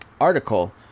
article